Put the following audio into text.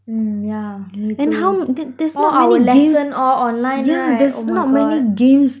mm yeah me too all our lesson all online right oh my god